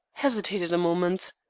hesitated a moment.